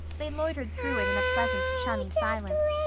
they loitered through it in a pleasant chummy silence,